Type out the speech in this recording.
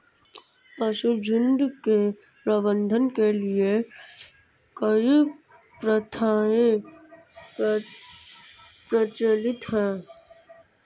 पशुझुण्ड के प्रबंधन के लिए कई प्रथाएं प्रचलित हैं